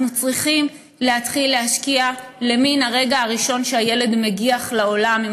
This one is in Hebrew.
אנחנו צריכים להתחיל להשקיע למן הרגע הראשון שהילד מגיח לעולם אם